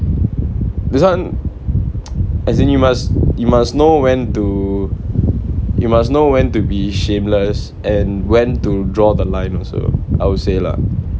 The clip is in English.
this one as in you must you must know when to you must know when to be shameless and when to draw the line also I would say lah